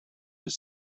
your